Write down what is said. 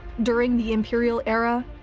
during the imperial era,